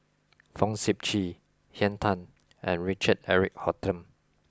Fong Sip Chee Henn Tan and Richard Eric Holttum